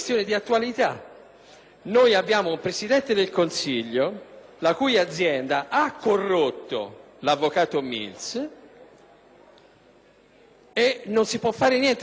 Noi abbiamo un Presidente del Consiglio la cui azienda ha corrotto l'avvocato Mills e non si può fare niente su questo,